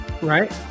right